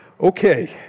Okay